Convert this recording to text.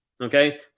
Okay